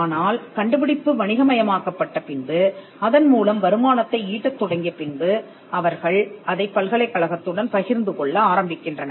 ஆனால் கண்டுபிடிப்பு வணிகமயமாக்கப்பட்ட பின்பு அதன் மூலம் வருமானத்தை ஈட்டத் தொடங்கிய பின்பு அவர்கள் அதைப் பல்கலைக்கழகத்துடன் பகிர்ந்துகொள்ள ஆரம்பிக்கின்றனர்